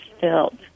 filled